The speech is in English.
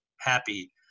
happy